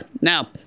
Now